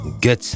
Get